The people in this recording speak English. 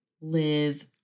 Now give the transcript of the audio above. live